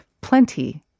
plenty